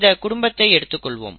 இந்த குடும்பத்தை எடுத்துக்கொள்வோம்